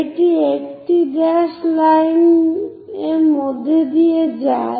এটি একটি dashed line এর মধ্য দিয়ে যায়